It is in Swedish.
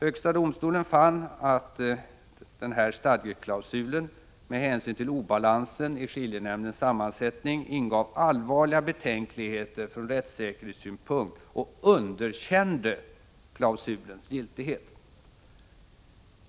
Högsta domstolen fann att den här stadgeklausulen med hänsyn till obalansen i skiljenämndens sammansättning ingav allvarliga betänkligheter från rättssäkerhetssynpunkt och underkände klausulens giltighet.